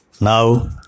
Now